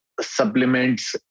Supplements